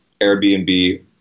Airbnb